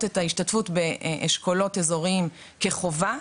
את ההשתתפות באשכולות אזוריים כחובה,